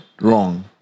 wrong